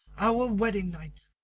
our wedding night!